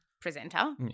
presenter